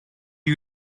you